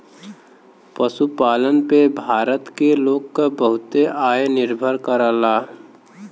पशुपालन पे भारत के लोग क बहुते आय निर्भर करला